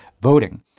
voting